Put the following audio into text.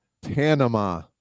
Panama